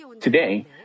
Today